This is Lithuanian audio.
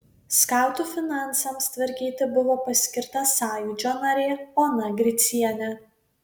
skautų finansams tvarkyti buvo paskirta sąjūdžio narė ona gricienė